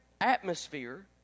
atmosphere